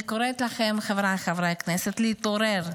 אני קוראת לכם, חבריי חברי הכנסת, להתעורר.